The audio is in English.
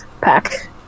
Pack